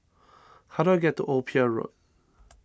how do I get to Old Pier Road